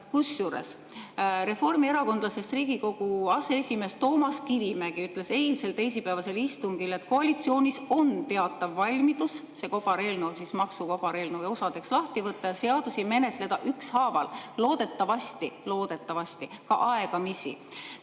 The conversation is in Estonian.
Kusjuures, reformierakondlasest Riigikogu aseesimees Toomas Kivimägi ütles eilsel, teisipäevasel istungil, et koalitsioonis on teatav valmidus see maksukobareelnõu osadeks lahti võtta ja seadusi menetleda ükshaaval, loodetavasti – loodetavasti! – ka aegamisi.